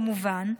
כמובן,